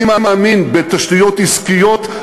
אני מאמין בתשתיות עסקיות,